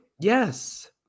Yes